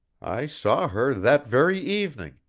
i saw her that very evening,